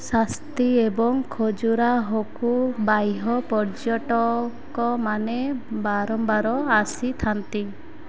ଶାସ୍ତି ଏବଂ ଖଜୁରାହୋକୁ ବାହ୍ୟ ପର୍ଯ୍ୟଟକମାନେ ବାରମ୍ବାର ଆସିଥାନ୍ତି